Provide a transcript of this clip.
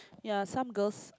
ya some girls